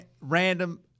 random